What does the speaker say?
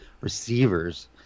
receivers